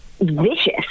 vicious